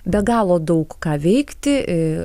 be galo daug ką veikti